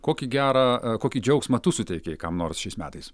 kokį gerą kokį džiaugsmą tu suteikei kam nors šiais metais